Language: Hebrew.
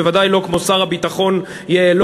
בוודאי לא כמו שר הביטחון יעלון,